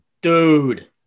Dude